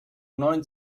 neuen